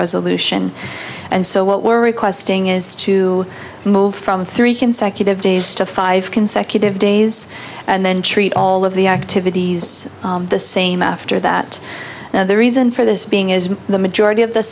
aleutian and so what we're requesting is to move from three consecutive days to five consecutive days and then treat all of the activities the same after that now the reason for this being is the majority of the